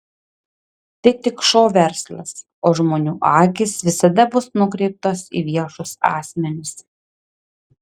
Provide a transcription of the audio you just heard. tai tik šou verslas o žmonių akys visada bus nukreiptos į viešus asmenis